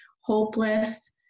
hopeless